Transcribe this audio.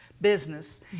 business